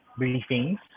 briefings